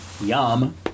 yum